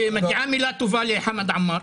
ומגיעה מילה טובה לחמד עמאר.